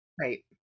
right